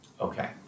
Okay